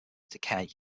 decay